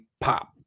pop